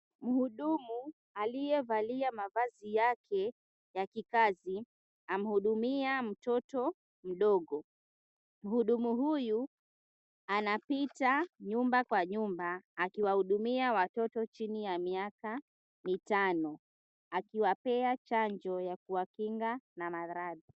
Mhudumu aliyevalia mavazi yake ya kikazi amhudumia mtoto mdogo. Mhudumu huyu anapita nyumba kwa nyumba akiwahudumia watoto chini ya miaka mitano akiwapea chanjo ya kuwakinga na maradhi.